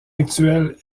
actuel